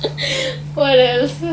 what else